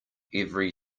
every